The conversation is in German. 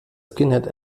skinhead